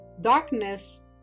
darkness